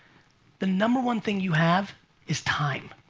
the number one thing you have is time.